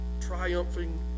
triumphing